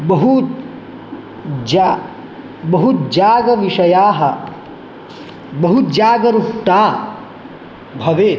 बहु जा बहुजागविषयाः बहुजागरुकता भवेत्